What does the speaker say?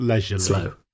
slow